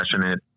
passionate